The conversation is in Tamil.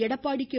எடப்பாடி கே